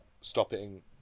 stopping